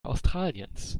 australiens